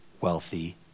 wealthy